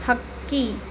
ಹಕ್ಕಿ